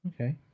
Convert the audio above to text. Okay